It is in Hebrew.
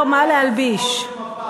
אל תהיי נגד כל הססמאות של מפא"י.